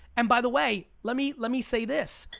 and by the way, let me let me say this,